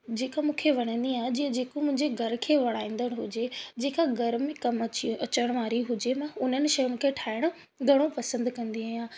जे जेका मूंखे वणंदी आहे जीअं जेको मुंहिंजे घर खे वणाईंदड़ हुजे जेका घर में कमु अची अचण वारी हुजे न उन्हनि शयुनि खे ठाहिण घणो पसंदि कंदी आहियां